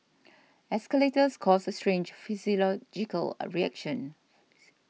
escalators cause a strange logical reaction